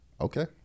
Okay